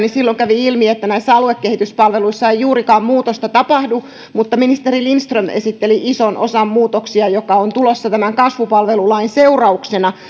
kävi ilmi että näissä aluekehityspalveluissa ei juurikaan muutosta tapahdu mutta ministeri lindström esitteli ison osan muutoksia jotka ovat tulossa tämän kasvupalvelulain seurauksena